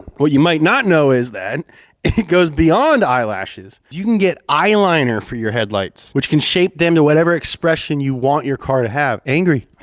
what you might not know is that it goes beyond eyelashes. you can get eyeliner for your headlights, which can shape then to whatever expression you want your car to have. angry,